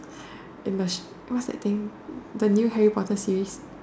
in the what's that thing the new Harry Potter series